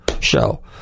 show